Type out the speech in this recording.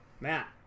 Matt